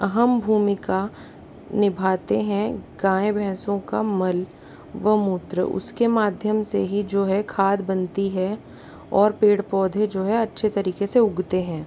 अहम भूमिका निभाते हैं गाय भैंसों का मल व मूत्र उसके माध्यम से ही जो है खाद बनती है और पेड़ पौधे जो है अच्छे तरीके से उगते हैं